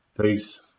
Peace